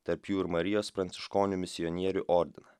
tarp jų ir marijos pranciškonių misionierių ordiną